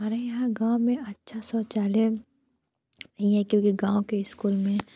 हमारे यहाँ गाँव में अच्छा शौचालय नहीं है क्योंकि गाँव के स्कूल में